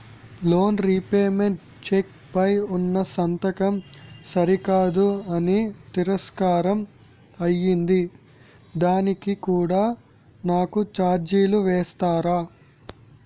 Loan repayment cheque పై ఉన్నా సంతకం సరికాదు అని తిరస్కారం అయ్యింది దానికి కూడా నాకు ఛార్జీలు వేస్తారా?